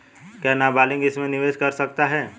क्या नाबालिग इसमें निवेश कर सकता है?